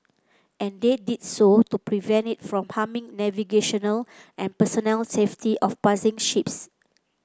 and they did so to prevent it from harming navigational and personnel safety of passing ships